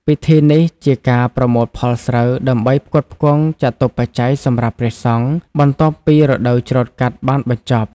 ពិធីនេះជាការប្រមូលផលស្រូវដើម្បីផ្គត់ផ្គង់ចតុប្បច្ច័យសម្រាប់ព្រះសង្ឃ បន្ទាប់ពីរដូវច្រូតកាត់បានបញ្ចប់ ។